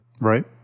Right